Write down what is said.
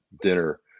dinner